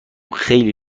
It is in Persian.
خیلی